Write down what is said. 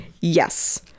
Yes